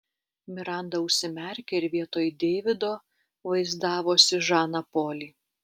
miranda užsimerkė ir vietoj deivido vaizdavosi žaną polį